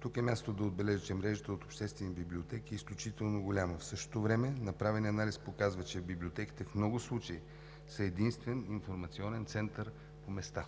Тук е мястото да отбележа, че мрежата от обществени библиотеки е изключително голяма. В същото време направеният анализ показва, че библиотеките в много случаи са единствен информационен център по места.